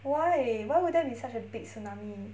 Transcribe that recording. why why would there be such a big tsunami